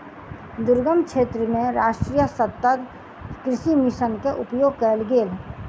दुर्गम क्षेत्र मे राष्ट्रीय सतत कृषि मिशन के उपयोग कयल गेल